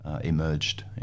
emerged